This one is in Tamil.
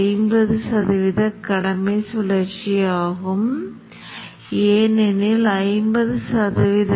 இப்போது நிகர பட்டியலை உருவாக்கி முன்னோக்கி செல்வோம்